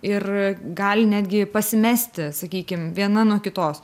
ir gali netgi pasimesti sakykim viena nuo kitos